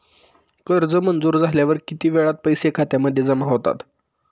कर्ज मंजूर झाल्यावर किती वेळात पैसे खात्यामध्ये जमा होतात?